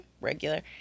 regular